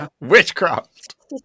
witchcraft